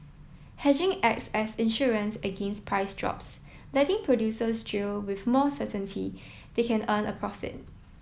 hedging acts as insurance against price drops letting producers drill with more certainty they can earn a profit